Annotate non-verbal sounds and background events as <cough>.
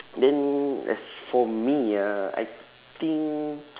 then as for me ah I think <noise>